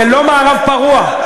זה לא מערב פרוע.